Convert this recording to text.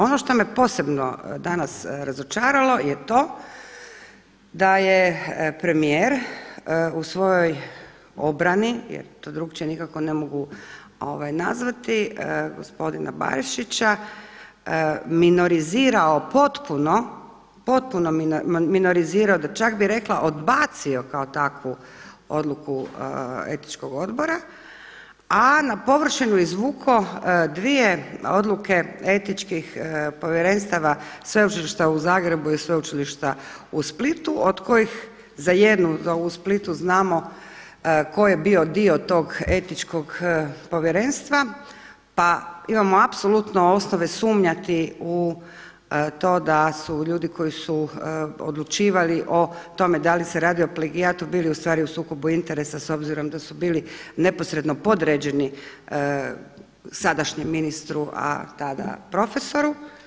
Ono što me posebno danas razočaralo je to da je premijer u svojoj obrani, jer to drukčije nikako ne mogu nazvati, gospodina Barišića minorizirao potpuno, potpuno minorizirao da čak bih rekla odbacio kao takvu odluku Etičkog odbora, a na površinu izvukao dvije odluke etičkih povjerenstava Sveučilišta u Zagrebu i Sveučilišta u Splitu od kojih za jednu, za ovu u Splitu znamo tko je bio dio tog Etičnog povjerenstva, pa imamo apsolutno osnove sumnjati u to da su ljudi koji su odlučivali o tome da li se radi o plagijatu bili u stvari u sukobu interesa s obzirom da su bili neposredno podređeni sadašnjem ministru, a tada profesoru.